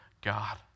God